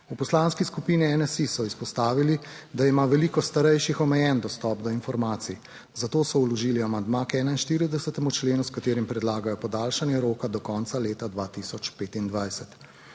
V Poslanski skupini NSi so izpostavili, da ima veliko starejših omejen dostop do informacij, zato so vložili amandma k 41. členu, s katerim predlagajo podaljšanje roka do konca leta 2025.